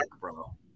bro